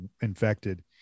infected